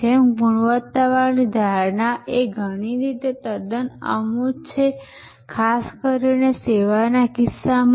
જેમ ગુણવત્તાની ધારણા એ ઘણી રીતે તદ્દન અમૂર્ત છે ખાસ કરીને સેવાના કિસ્સામાં